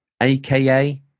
AKA